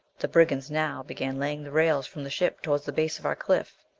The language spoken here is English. the brigands now began laying the rails from the ship toward the base of our cliff.